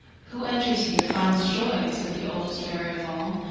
who enters here finds joy, said the oldest fairy of all,